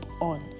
on